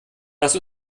lass